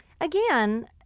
Again